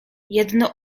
jedno